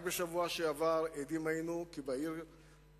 רק בשבוע שעבר עדים היינו כי בעיר-הכרמל,